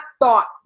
thought